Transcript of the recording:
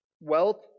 Wealth